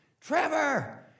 Trevor